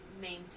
maintain